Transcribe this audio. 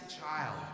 child